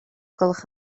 gwelwch